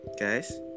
Guys